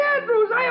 Andrews